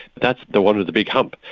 that's the one with the big hump,